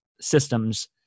systems